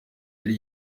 yari